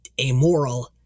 amoral